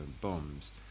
bombs